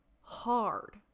hard